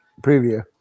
Preview